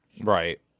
Right